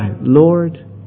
Lord